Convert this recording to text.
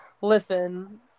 Listen